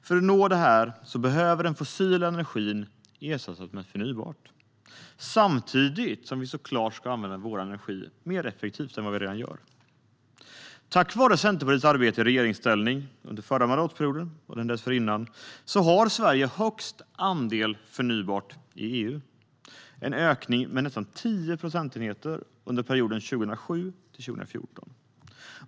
För att nå detta behöver den fossila energin ersättas med förnybart, samtidigt som vi såklart ska använda vår energi mer effektivt än vad vi redan gör. Tack vare Centerpartiets arbete i regeringsställning under de två föregående mandatperioderna har Sverige högst andel förnybart i EU, en ökning med nästan 10 procentenheter under 2007-2014.